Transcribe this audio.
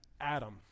Adam